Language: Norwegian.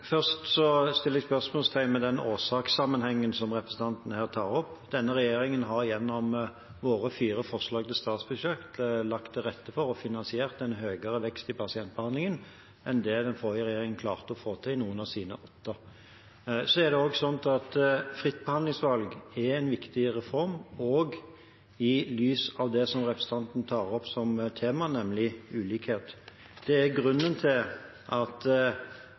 Først setter jeg et spørsmålstegn ved den årsakssammenhengen som representanten her tar opp. Denne regjeringen har gjennom sine fire forslag til statsbudsjett lagt til rette for og finansiert en høyere vekst i pasientbehandlingen enn det den forrige regjeringen klarte å få til i noen av sine åtte. Det er også slik at fritt behandlingsvalg er en viktig reform, også i lys av det som representanten tar opp som tema, nemlig ulikhet. Det er grunnen til at regjeringen og samarbeidspartiene har vært veldig klare på å prioritere at